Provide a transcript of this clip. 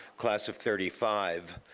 class of thirty five,